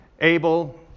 Abel